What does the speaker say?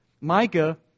Micah